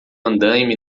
andaime